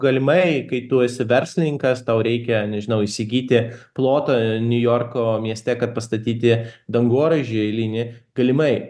galimai kai tu esi verslininkas tau reikia nežinau įsigyti plotą niujorko mieste kad pastatyti dangoraižį eilinį galimai